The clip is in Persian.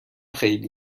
خیلی